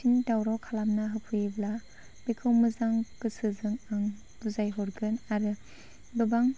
फिन दावराव खालामना होफैयोब्ला बेखौ मोजां गोसोजों आं बुजायहरगोन आरो गोबां